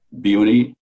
beauty